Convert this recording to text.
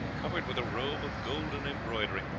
covered with a robe of golden embroidery,